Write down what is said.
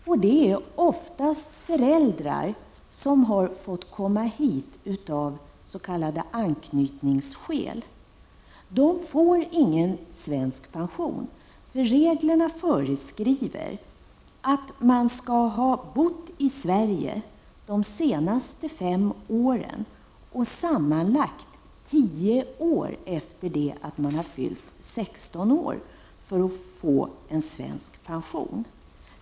Det rör sig ofta om föräldrar som har fått komma hit av s.k. anknytningsskäl. De får ingen svensk pension, eftersom reglerna föreskriver att man för att få svensk pension skall ha bott i Sverige de senaste fem åren och under sammanlagt tio år efter det att man har fyllt 16 år.